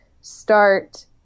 start